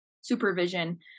supervision